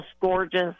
gorgeous